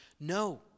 No